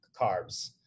carbs